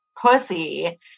pussy